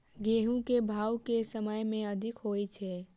गेंहूँ केँ भाउ केँ समय मे अधिक होइ छै?